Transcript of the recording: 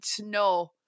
no